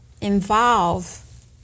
involve